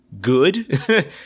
good